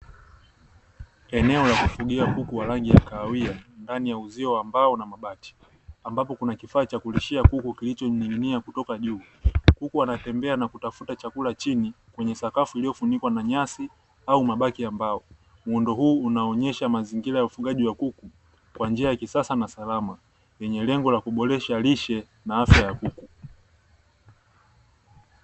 Eneo la kufugia kuku wa rangi ya kahawia ndani ya uzio wa mbao na mabati, ambapo kuna kifaa cha kulishia kuku kilichoning'inia kutoka juu. Kuku wanatembea na kutafuta chakula chini kwenye sakafu iliyofunikwa na nyasi au mabaki ya mbao. Muundo huu unaonyesha mazingira ya ufugaji wa kuku kwa njia kisasa na salama yenye lengo la kuboresha lishe na afya ya kuku.